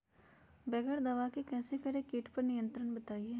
बगैर दवा के कैसे करें कीट पर नियंत्रण बताइए?